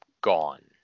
gone